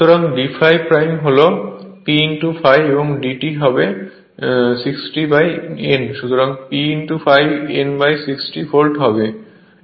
সুতরাং d ∅ হল P ∅ এবং dt হবে 60 N অর্থাৎ P ∅ N 60 ভোল্ট হবে